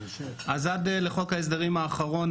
עד לחוק ההסדרים האחרון,